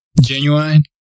Genuine